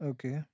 Okay